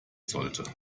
sollte